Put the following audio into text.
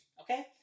okay